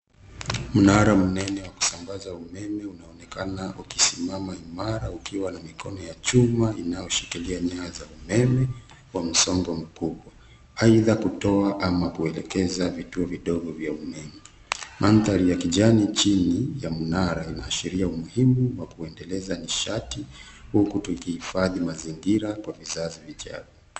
Mnara mnene wa kusambaza umeme unaonekana ukisimama imara ukiwa na mikono ya chuma inayoshikilia nyaya za umeme wa msongo mkubwa aidha kutoa ama kuelekeza vituo vidogo vya umeme. Mandhari yenye kijani chini ya mnara inaashiria umuhimu wa kuendeleza nishati huku tukihifadhi mazingira kwa vizazi vijazo.